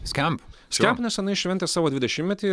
skemp skemp nesenai šventė savo dvidešimmetį ir